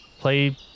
play